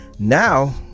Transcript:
Now